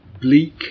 bleak